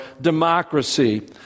democracy